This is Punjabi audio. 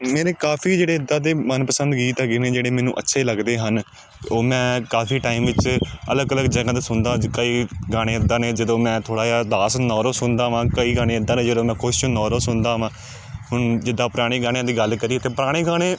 ਮੇਰੇ ਕਾਫੀ ਜਿਹੜੇ ਇੱਦਾਂ ਦੇ ਮਨਪਸੰਦ ਗੀਤ ਹੈਗੇ ਨੇ ਜਿਹੜੇ ਮੈਨੂੰ ਅੱਛੇ ਲੱਗਦੇ ਹਨ ਉਹ ਮੈਂ ਕਾਫੀ ਟਾਈਮ ਵਿੱਚ ਅਲੱਗ ਅਲੱਗ ਚੈਨਲਾਂ 'ਤੇ ਸੁਣਦਾ ਅੱਜ ਕਈ ਗਾਣੇ ਇੱਦਾਂ ਨੇ ਜਦੋਂ ਮੈਂ ਥੋੜ੍ਹਾ ਜਿਹਾ ਉਦਾਸ ਹੁੰਦਾ ਔਰ ਉਹ ਸੁਣਦਾ ਹਾਂ ਕਈ ਗਾਣੇ ਇੱਦਾਂ ਨੇ ਜਦੋਂ ਮੈਂ ਖੁਸ਼ ਹੁੰਦਾ ਔਰ ਉਹ ਸੁਣਦਾ ਹਾਂ ਹੁਣ ਜਿੱਦਾਂ ਪੁਰਾਣੇ ਗਾਣਿਆਂ ਦੀ ਗੱਲ ਕਰੀਏ ਤਾਂ ਪੁਰਾਣੇ ਗਾਣੇ